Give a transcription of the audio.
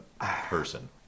person